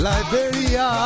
Liberia